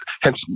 hence